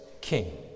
king